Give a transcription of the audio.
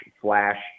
flash